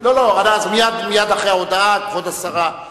אז מייד, מייד אחרי ההודעה, כבוד השרה כמובן.